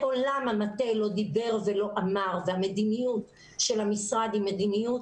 מעולם המטה לא דיבר ולא אמר והמדיניות של המשרד היא מדיניות